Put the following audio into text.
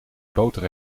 boter